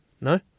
no